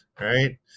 Right